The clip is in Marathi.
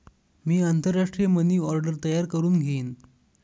मी आंतरराष्ट्रीय मनी ऑर्डर तयार करुन घेईन